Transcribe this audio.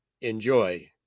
Enjoy